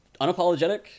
unapologetic